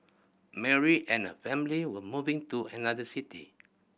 Mary and her family were moving to another city